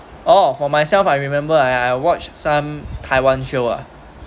oh for myself I remember I I watch some taiwan show ah